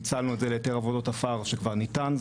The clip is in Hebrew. פיצלנו את זה להיתר עבודות עפר שכבר ניתן.